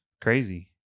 Crazy